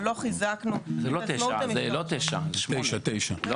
אבל לא חיזקנו את עצמאות המפכ"ל.